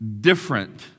different